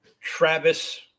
Travis